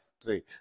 See